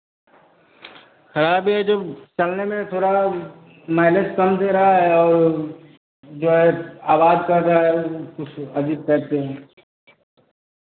हाँ भैया ये जो चलने में थोड़ा माइलेज कम दे रहा है और जो है आवाज़ कर रहा है कुछ अजीब तरह से